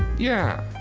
yeah.